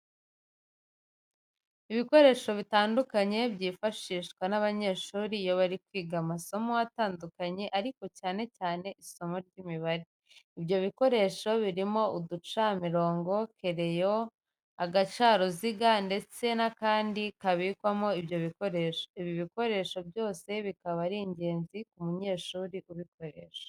Ni ibikoresho bitandukanye byifashishwa n'abanyeshuri iyo bari kwiga amasomo atandukanye ariko cyane cyane isimo ry'Imibare. Ibyo bikoresho birimo uducamirongo, kereyo, agacaruziga ndetse n'akandi kabikwamo ibyo bikoresho. Ibi bikoresho byose bikaba ari ingenzi ku munyeshuri ubukoresha.